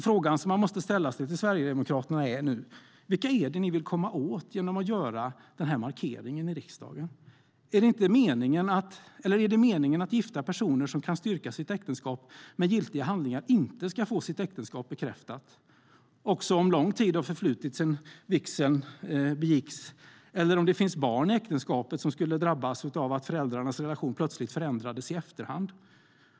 Frågorna man måste ställa till Sverigedemokraterna är följande: Vilka vill ni komma åt genom att göra denna markering i riksdagen? Är det meningen att gifta personer som kan styrka sitt äktenskap med giltiga handlingar inte ska få sitt äktenskap bekräftat, även om lång tid har förflutit sedan vigseln eller om det finns barn i äktenskapet som skulle drabbas av att föräldrarnas relation plötsligt förändras i efterhand?